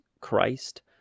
Christ